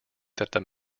that